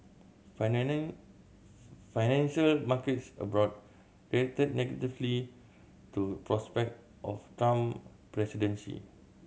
financial markets abroad reacted negatively to prospect of Trump presidency